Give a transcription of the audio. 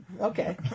Okay